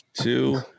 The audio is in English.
Two